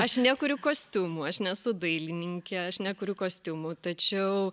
aš nekuriu kostiumų aš nesu dailininkė aš nekuriu kostiumų tačiau